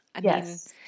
Yes